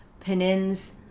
Penin's